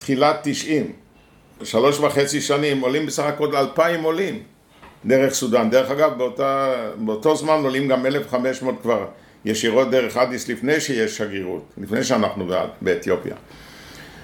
תחילת תשעים, שלוש וחצי שנים, עולים בסך הכל, אלפיים עולים דרך סודאן. דרך אגב, באותו זמן עולים גם אלף חמש מאות כבר ישירות דרך אדיס לפני שיש שגרירות, לפני שאנחנו באתיופיה